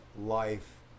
life